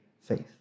faith